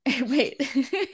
Wait